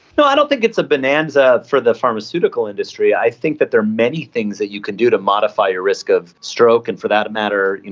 no, i don't think it's a bonanza for the pharmaceutical industry. i think that there many things that you could do to modify your risk of stroke and, for that matter,